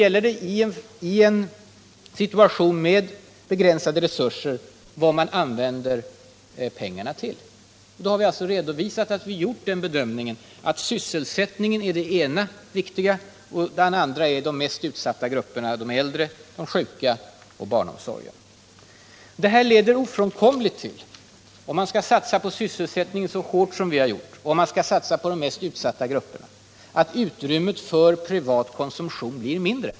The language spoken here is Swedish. I en situation med begränsade resurser beror det sedan på vad man använder pengarna till. Vi har alltså redovisat att vi gjort den bedömningen, att sysselsättningen är det ena viktiga. Det andra viktiga är omsorgen om de mest utsatta grupperna: de äldre, de sjuka och barnen. Detta leder — om man skall satsa på sysselsättning och om man skall satsa på de mest utsatta grupperna — ofrånkomligt till att utrymmet för privat konsumtion blir mindre.